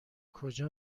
کجا